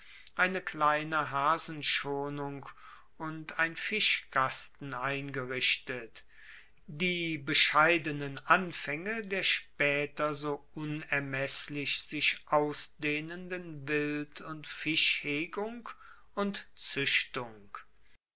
eine kleine hasenschonung und ein fischkasten eingerichtet die bescheidenen anfaenge der spaeter so unermesslich sich ausdehnenden wild und fischhegung und zuechtung